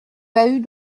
bahuts